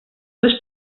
les